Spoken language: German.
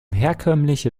herkömmliche